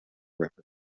river